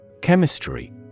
Chemistry